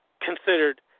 considered